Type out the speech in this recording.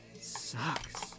sucks